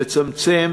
לצמצם